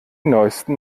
neusten